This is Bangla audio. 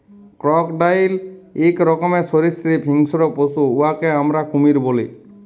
ক্রকডাইল ইক রকমের সরীসৃপ হিংস্র পশু উয়াকে আমরা কুমির ব্যলি